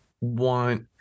want